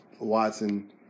Watson